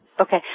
Okay